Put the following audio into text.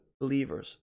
believers